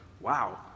wow